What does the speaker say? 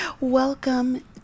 welcome